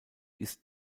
ist